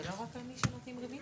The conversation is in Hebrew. זה לא רק על מי שנותנים ריבית?